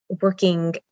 working